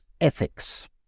Ethics